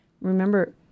Remember